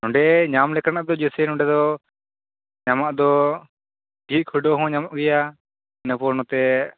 ᱱᱚᱸᱰᱮ ᱧᱟᱢ ᱞᱮᱠᱟᱱᱟᱜ ᱠᱚ ᱡᱟ ᱭᱥᱮ ᱱᱚᱸᱰᱮ ᱫᱚ ᱧᱟᱢᱚᱜᱼᱟ ᱫᱚ ᱴᱷᱤᱠᱦᱩᱰᱩ ᱦᱚᱸ ᱧᱟᱢᱚᱜ ᱜᱮᱭᱟ ᱤᱱᱟᱹ ᱯᱚᱨ ᱱᱚᱛᱮ